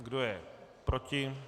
Kdo je proti?